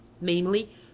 namely